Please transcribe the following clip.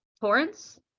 Torrance